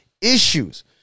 issues